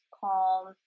calm